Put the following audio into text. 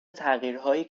تغییرهایی